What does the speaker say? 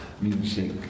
music